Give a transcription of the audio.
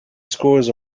scores